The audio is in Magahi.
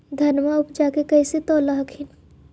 धनमा उपजाके कैसे तौलब हखिन?